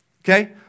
Okay